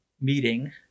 meeting